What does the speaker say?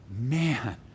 man